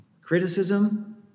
criticism